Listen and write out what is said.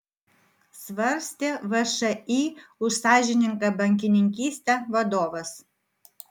svarstė všį už sąžiningą bankininkystę vadovas